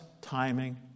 timing